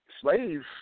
slaves